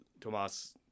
Thomas